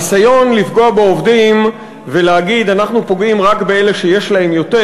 הניסיון לפגוע בעובדים ולהגיד: אנחנו פוגעים רק באלה שיש להם יותר,